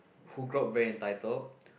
who grow up very entitle